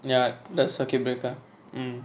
ya the circuit breaker mm